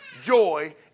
joy